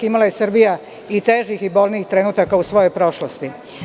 Imala je Srbija i težih i bolnijih trenutaka u svojoj prošlosti.